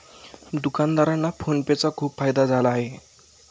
दुकानदारांना PhonePe चा खूप फायदा झाला आहे